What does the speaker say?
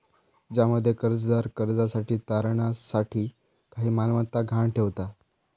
ज्यामध्ये कर्जदार कर्जासाठी तारणा साठी काही मालमत्ता गहाण ठेवता